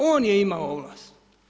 On je imao ovlast.